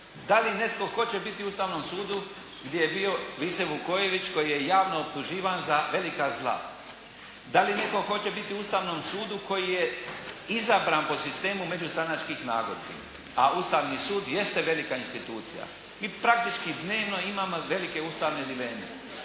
Da li netko tko će biti u Ustavnom sudu gdje je Vice Vukojević koji je javno optuživan za velika zla. Da li netko hoće biti u Ustavnom sudu koji je izabran po sistemu međustranačkih nagodbi? A Ustavni sud jeste velika institucija. Mi praktički dnevno imamo velike ustavne dileme.